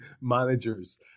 managers